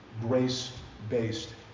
grace-based